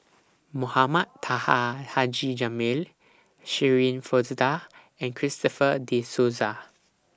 Mohamed Taha Haji Jamil Shirin Fozdar and Christopher De Souza